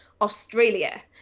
Australia